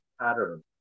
pattern